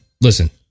listen